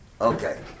Okay